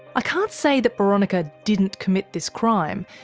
ah can't say that boronika didn't commit this crime.